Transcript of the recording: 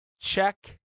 Check